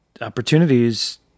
opportunities